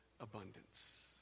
abundance